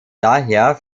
daher